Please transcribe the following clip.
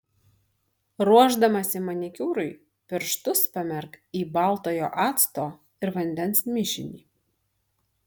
ruošdamasi manikiūrui pirštus pamerk į baltojo acto ir vandens mišinį